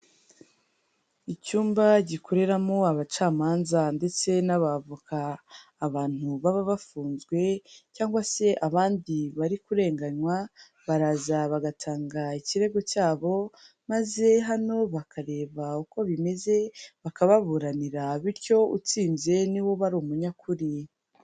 Icyumba gikoreramo abacamanza ndetse n'abavoka, abantu baba bafunzwe cyangwa se abandi bari kurenganywa baraza bagatanga ikirego cyabo maze hano bakareba uko bimeze bakababuranira bityo utsinze ni we uba ari umunyakuri.